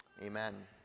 amen